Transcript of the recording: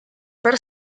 per